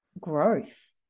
growth